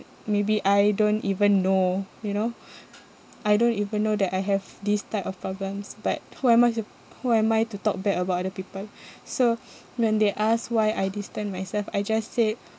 maybe I don't even know you know I don't even know that I have this type of problems but who am I to who am I to talk bad about other people so when they asked why I distance myself I just said